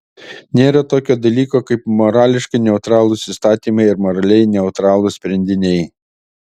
nėra tokio dalyko kaip morališkai neutralūs įstatymai ar moraliai neutralūs sprendiniai